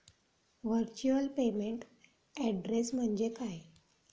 Virtual payment address म्हणजे काय?